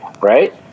right